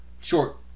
Short